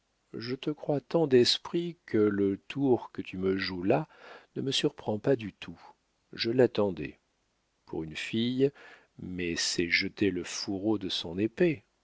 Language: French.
je te crois tant d'esprit que le tour que tu me joues là ne me surprend pas du tout je l'attendais pour une fille mais c'est jeter le fourreau de son épée